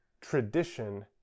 tradition